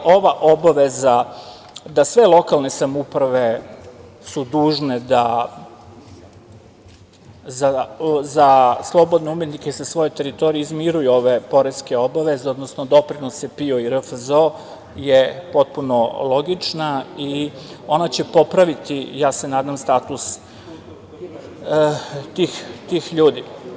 Ova obaveza da sve lokalne samouprave su dužne da za slobodne umetnike sa svoje teritorije izmiruju ove poreske obaveze, odnosno doprinose PIO i RFZO je potpuno logična i ona će popraviti ja se nadam status tih ljudi.